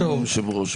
אדוני היו"ר,